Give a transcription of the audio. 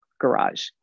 garage